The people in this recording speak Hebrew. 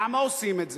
למה עושים את זה?